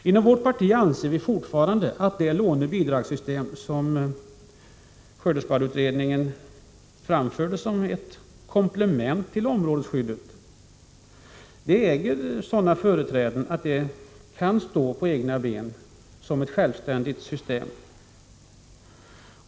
Inom vårt parti anser vi fortfarande att det låneoch bidragssystem som skördeskadeutredningen framförde som ett komplement till områdesskyddet äger sådana företräden att det kan stå på egna ben som ett självständigt system.